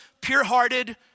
pure-hearted